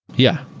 yeah.